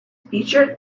featured